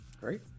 Great